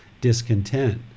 discontent